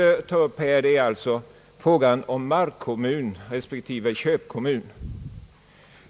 En annan fråga, som jag här måste ta upp, är frågan om markkommun respektive köpkommun.